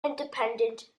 independent